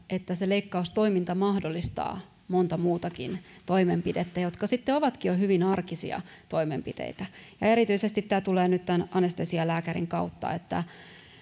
että leikkaustoiminta mahdollistaa monta muutakin toimenpidettä jotka sitten ovatkin jo hyvin arkisia toimenpiteitä erityisesti tämä tulee nyt tämän anestesialääkärin kautta että